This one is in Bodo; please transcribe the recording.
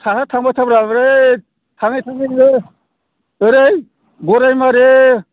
साहा थांबायथाब्रा ओमफ्राय थाङै थाङै ओरै गरायमारि